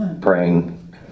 praying